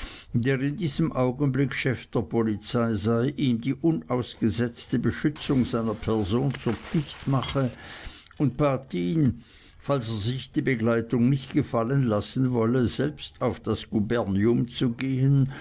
der in diesem augenblick chef der polizei sei ihm die unausgesetzte beschützung seiner person zur pflicht mache und bat ihn falls er sich die begleitung nicht gefallen lassen wolle selbst auf das gubernium zu gehen